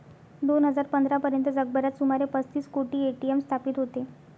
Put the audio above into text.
दोन हजार पंधरा पर्यंत जगभरात सुमारे पस्तीस कोटी ए.टी.एम स्थापित होते